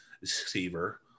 receiver